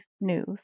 news